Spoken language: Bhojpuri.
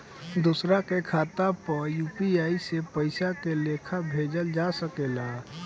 दोसरा के खाता पर में यू.पी.आई से पइसा के लेखाँ भेजल जा सके ला?